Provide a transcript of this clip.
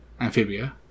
Amphibia